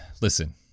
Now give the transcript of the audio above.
listen